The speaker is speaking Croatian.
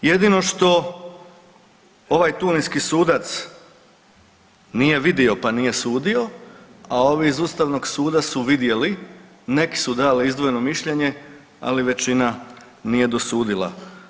Jedino što ovaj tuniski sudac nije vidio, pa nije sudio, a ovi iz ustavnog suda su vidjeli, neki su dali izdvojeno mišljenje, ali većina nije dosudila.